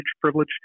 privilege